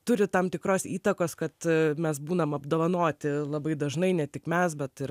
turi tam tikros įtakos kad mes būnam apdovanoti labai dažnai ne tik mes bet ir